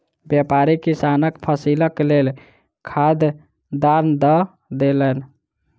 व्यापारी किसानक फसीलक लेल खाद दान दअ देलैन